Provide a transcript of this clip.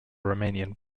romanian